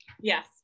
Yes